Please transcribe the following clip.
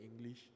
English